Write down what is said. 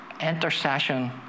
intercession